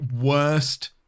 worst